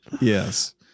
Yes